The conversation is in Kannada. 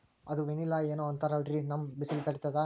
ಅದು ವನಿಲಾ ಏನೋ ಅಂತಾರಲ್ರೀ, ನಮ್ ಬಿಸಿಲ ತಡೀತದಾ?